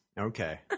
Okay